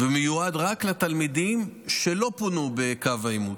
ומיועד רק לתלמידים שלא פונו בקו העימות.